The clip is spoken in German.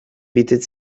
bietet